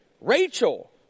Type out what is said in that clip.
Rachel